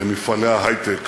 במפעלי ההיי-טק.